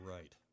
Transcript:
Right